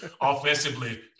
offensively